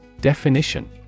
Definition